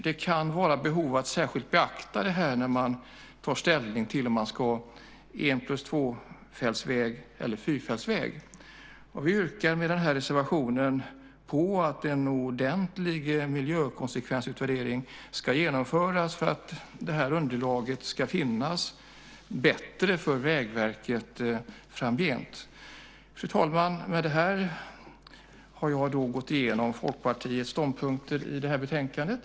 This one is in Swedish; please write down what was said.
Det kan finnas behov av att särskilt beakta detta när man tar ställning om det ska vara två-plus-en-väg eller en fyrfältsväg. Med denna reservation yrkar vi att en ordentlig miljökonsekvensutvärdering ska genomföras för att Vägverket ska ha ett bättre underlag framgent. Fru talman! Med detta har jag gått igenom Folkpartiets ståndpunkter i det här betänkandet.